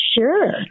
Sure